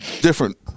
different